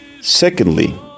Secondly